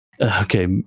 Okay